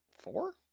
Four